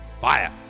fire